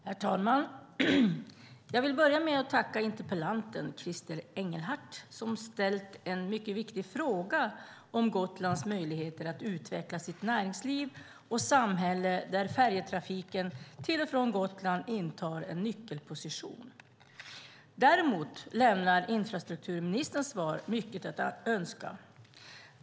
Herr talman! Jag vill börja med att tacka interpellanten Christer Engelhardt som ställt en mycket viktig fråga om Gotlands möjligheter att utveckla sitt näringsliv och samhälle där färjetrafiken till och från Gotland intar en nyckelposition. Däremot lämnar infrastrukturministerns svar mycket att önska.